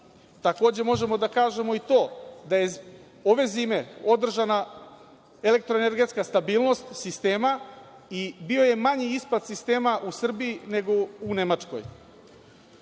plate. Možemo da kažemo i to da je ove zime održana elektroenergetska stabilnost sistema i bio je manji ispad sistema u Srbiji nego u Nemačkoj.